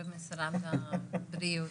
במשרד הבריאות.